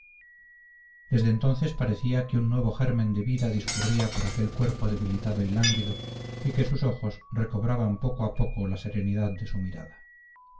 desde entonces parecía que un nuevo germen de vida discurría por aquel cuerpo debilitado y lánguido y que sus ojos recobraban poco a poco la serenidad de su mirada